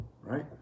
Right